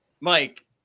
mike